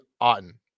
Otten